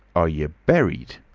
are yer buried?